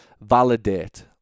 Validate